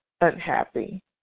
unhappy